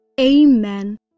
Amen